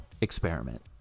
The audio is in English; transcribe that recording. experiment